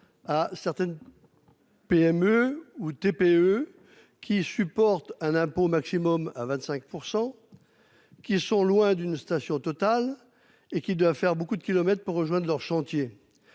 à certaines. PME ou TPE qui supportent un impôt maximum à 25 % qui sont loin d'une station Total, et qui doit faire beaucoup de kilomètres pour rejoindre leur chantier,